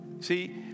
See